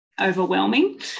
overwhelming